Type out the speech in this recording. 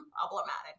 problematic